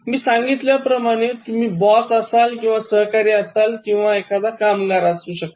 मी सांगितल्याप्रमाणे तुम्ही बॉस असाल किंवा सहकारी असाल किंवा कामगार असाल